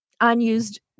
unused